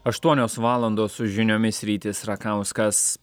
aštuonios valandos su žiniomis rytis rakauskas